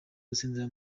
gutsindira